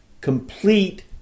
complete